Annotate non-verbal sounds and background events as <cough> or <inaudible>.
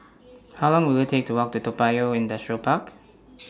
<noise> How Long Will IT Take to Walk to Toa Payoh Industrial Park <noise>